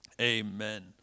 amen